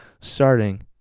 starting